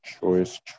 Choice